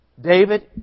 David